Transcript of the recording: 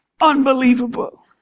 unbelievable